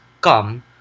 come